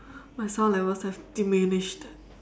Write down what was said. my sound levels have diminished